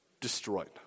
destroyed